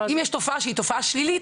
אם יש תופעה שהיא תופעה שלילית,